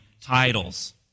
titles